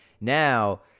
Now